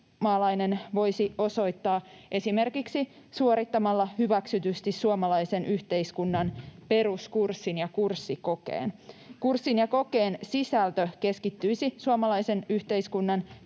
ulkomaalainen voisi osoittaa esimerkiksi suorittamalla hyväksytysti suomalaisen yhteiskunnan peruskurssin ja kurssikokeen. Kurssin ja kokeen sisältö keskittyisi suomalaisen yhteiskunnan